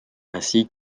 ainsi